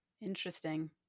Interesting